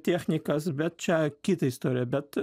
technikas bet čia kita istorija bet